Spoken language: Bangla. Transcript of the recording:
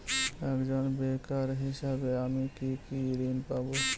একজন বেকার হিসেবে আমি কি কি ঋণ পাব?